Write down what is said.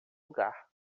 lugar